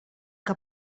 que